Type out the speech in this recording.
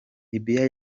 libya